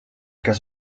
kas